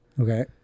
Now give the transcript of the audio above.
Okay